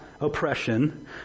oppression